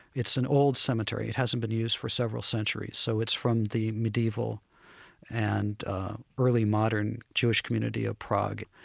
it's an old cemetery. it hasn't been used for several centuries, so it's from the medieval and early modern jewish community of prague.